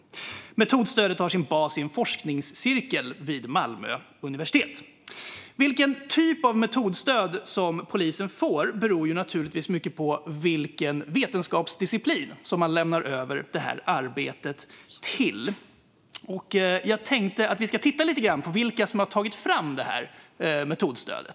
Metodstödet har sin bas i en forskningscirkel vid Malmö universitet. Vilken typ av metodstöd som polisen får beror naturligtvis mycket på vilken vetenskapsdisciplin som man lämnar över arbetet till. Jag tänkte att vi ska titta lite grann på vilka som har tagit fram det här metodstödet.